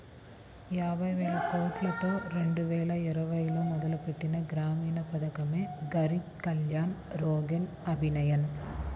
యాబైవేలకోట్లతో రెండువేల ఇరవైలో మొదలుపెట్టిన గ్రామీణ పథకమే గరీబ్ కళ్యాణ్ రోజ్గర్ అభియాన్